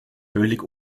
völlig